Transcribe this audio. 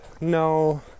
no